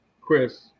Chris